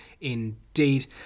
indeed